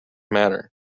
matter